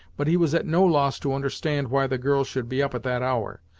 but he was at no loss to understand why the girl should be up at that hour.